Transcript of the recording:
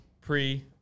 pre